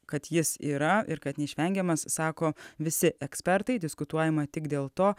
kad jis yra ir kad neišvengiamas sako visi ekspertai diskutuojama tik dėl to